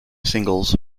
singles